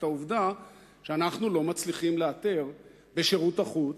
העובדה שאנחנו לא מצליחים לאתר בשירות החוץ,